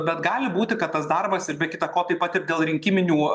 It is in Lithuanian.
bet gali būti kad tas darbas ir be kita ko taip pat ir dėl rinkiminių